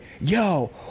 yo